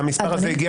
המספר הזה הגיע